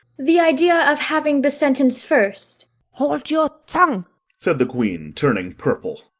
the idea of having the sentence first hold your tongue said the queen, turning purple.